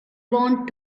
want